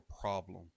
problem